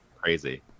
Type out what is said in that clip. crazy